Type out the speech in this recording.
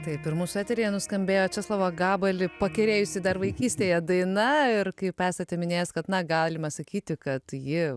taip ir mūsų eteryje nuskambėjo česlovą gabalį pakerėjusi dar vaikystėje daina ir kaip esate minėjęs kad na galima sakyti kad ji